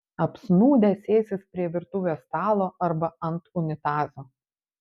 apsnūdę sėsis prie virtuvės stalo arba ant unitazo